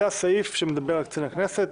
זה הסעיף שמדבר על קצין הכנסת,